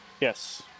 Yes